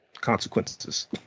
consequences